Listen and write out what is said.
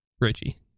Richie